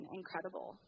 incredible